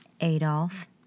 Adolf